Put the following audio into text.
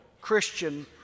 Christian